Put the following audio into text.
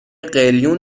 قلیون